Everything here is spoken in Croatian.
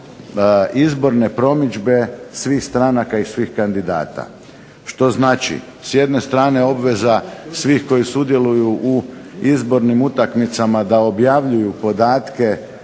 izborne promidžbe svih stranaka i svih kandidata. Što znači, s jedne strane obveza svih koji sudjeluju u izbornim utakmicama da objavljuju podatke